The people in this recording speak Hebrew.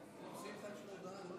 כבוד היושב-ראש, כנסת נכבדה, הודעה על